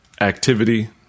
Activity